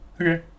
Okay